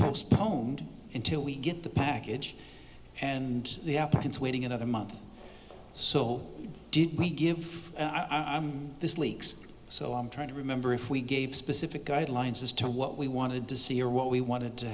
proposed until we get the package and the applicants waiting another month so did we give i'm this leaks so i'm trying to remember if we gave specific guidelines as to what we wanted to see or what we wanted to